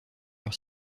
leur